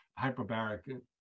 hyperbaric